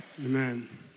Amen